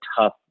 tough